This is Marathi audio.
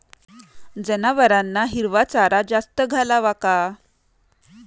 जनावरांना हिरवा चारा जास्त घालावा का?